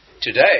Today